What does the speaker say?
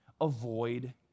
Avoid